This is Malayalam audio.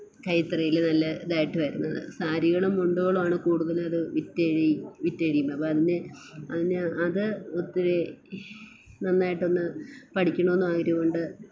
കൈത്തറിയിൽ നല്ല ഇതായിട്ട് വരുന്നത് സാരികളും മുണ്ടുകളുമാണ് കൂടുതലും അത് വിറ്റ് അഴി വിറ്റഴിയുന്നത് അപ്പം അതിനെ അതിനെ ആ അത് ഒത്തിരി നന്നായിട്ട് ഒന്ന് പഠിക്കണമെന്നും ആഗ്രഹം ഉണ്ട്